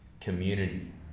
community